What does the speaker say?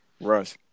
Russ